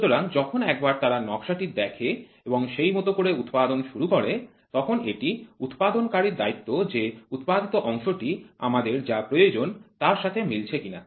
সুতরাং যখন একবার তারা নকশা টি দেখে এবং সেই মত করে উৎপাদন শুরু করে তখন এটি উৎপাদনকারীর দায়িত্ব যে উৎপাদিত অংশটি আমাদের যা প্রয়োজন তার সাথে মিলছে কিনা